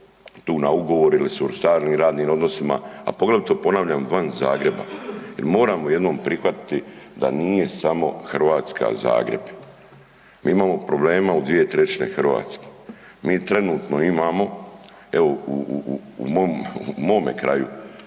tu na ugovor ili u stalnim radnim odnosima, a poglavito ponavljam van Zagreba jer moramo jednom prihvatiti da nije samo Hrvatska Zagreb. Mi imamo problema u dvije trećine Hrvatske, mi trenutno imamo evo u mome kraju